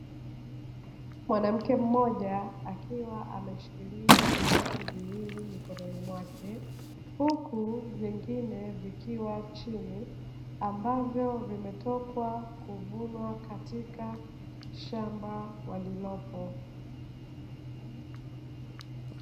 Mwanamke mmoja akiwa ameshikilia viazi viwili mikononi mwake, huku vyengine vikiwa chini ambavyo vimetoka kuvunwa katika shamba walilopo.